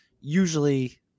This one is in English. usually